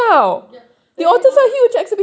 ya eh masa